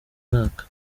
mwaka